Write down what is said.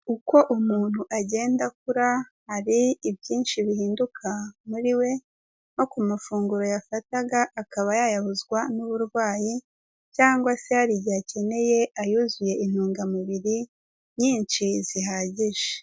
Uko umuntu agenda akura hari ibyinshi bihinduka muri we no ku mafunguro yafataga akaba yayabuzwa n'uburwayi cyangwa se hari igihe akeneye ayuzuye intungamubiri nyinshi zihagije.